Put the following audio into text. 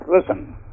listen